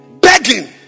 begging